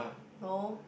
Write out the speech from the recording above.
no